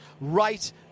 right